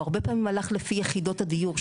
והוא הרבה פעמים הלך לפי יחידות הדור.